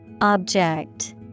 Object